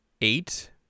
eight